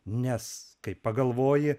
nes kai pagalvoji